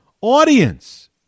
audience